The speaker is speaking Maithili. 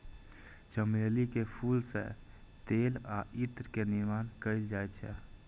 चमेली के फूल सं तेल आ इत्र के निर्माण कैल जाइ छै